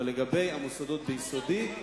אבל לגבי המוסדות ביסודי,